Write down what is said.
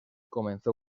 comenzó